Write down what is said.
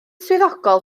swyddogol